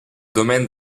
domaine